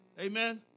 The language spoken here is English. Amen